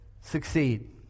succeed